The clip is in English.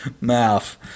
mouth